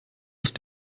ist